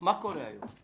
מה קורה היום?